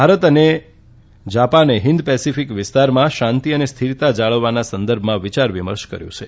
ભારત અને જાપાને હિંદ પેસેફીક વિસ્તારમાં શાંતી અને સ્થિરતા જાળવવા સંદર્ભમાં વિચાર વિમર્શ કર્યો છે